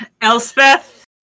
Elspeth